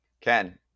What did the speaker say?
Ken